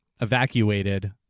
evacuated